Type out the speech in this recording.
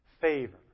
favor